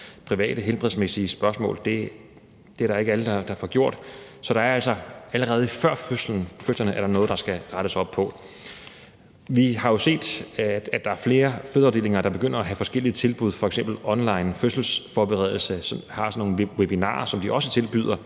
private helbredsmæssige spørgsmål. Så der er altså allerede før fødslerne noget, der skal rettes op på. Vi har jo set, at der er flere fødeafdelinger, der begynder at have forskellige tilbud. F.eks. er der i forbindelse med online fødselsforberedelse sådan nogle webinarer, som også tilbydes,